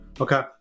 Okay